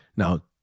Now